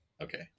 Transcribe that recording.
Okay